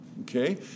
Okay